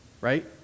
right